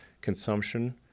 consumption